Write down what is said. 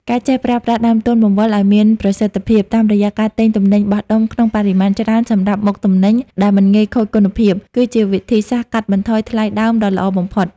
ការចេះប្រើប្រាស់ដើមទុនបង្វិលឱ្យមានប្រសិទ្ធភាព តាមរយៈការទិញទំនិញបោះដុំក្នុងបរិមាណច្រើនសម្រាប់មុខទំនិញដែលមិនងាយខូចគុណភាព គឺជាវិធីសាស្ត្រកាត់បន្ថយថ្លៃដើមដ៏ល្អបំផុត។